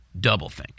doublethink